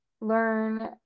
learn